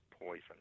poison